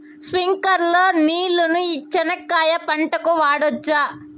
స్ప్రింక్లర్లు నీళ్ళని చెనక్కాయ పంట కు వాడవచ్చా?